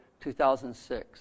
2006